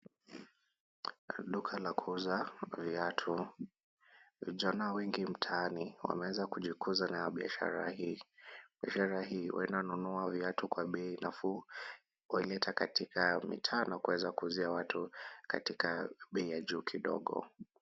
Duka la kuuza viatu. Vijana wengi mtaani wameanza kujikuza na biashara hii. Biashara hii wananunua viatu na bei nafuu waileta katika mitaa na kuweza kuuzia watu katika bei ya juu kidogo.